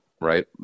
right